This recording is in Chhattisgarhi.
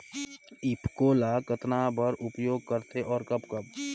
ईफको ल कतना बर उपयोग करथे और कब कब?